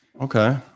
Okay